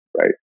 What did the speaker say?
right